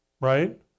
right